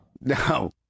No